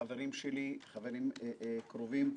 חברים שלי, חברים קרובים.